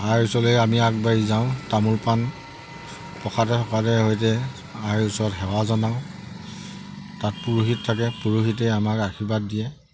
আইৰ ওচৰলৈ আমি আগবাঢ়ি যাওঁ তামোল পাণ প্ৰসাদে সকাদে সৈতে আইৰ ওচৰত সেৱা জনাওঁ তাত পুৰোহিত থাকে পুৰোহিতে আমাক আশীৰ্বাদ দিয়ে